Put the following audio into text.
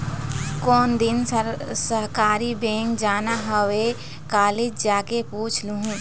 कोन दिन सहकारी बेंक जाना हवय, कालीच जाके पूछ लूहूँ